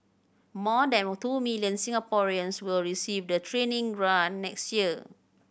more than two million Singaporeans will receive the training grant next year